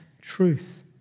truth